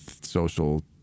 social